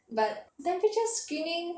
but temperature screening